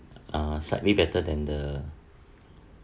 uh slightly better than the